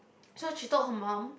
so she told her mum